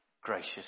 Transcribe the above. gracious